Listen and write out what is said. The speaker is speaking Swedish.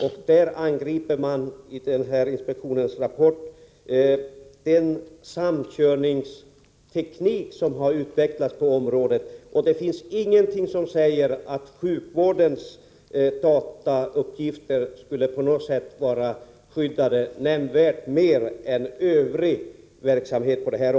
Man angriper där den samkörningsteknik som har utvecklats på området, och det finns inget som säger att sjukvårdens datauppgifter på något sätt skulle vara nämnvärt mer skyddade än övriga datauppgifter.